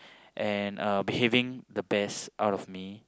and uh behaving the best out of me